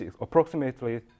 approximately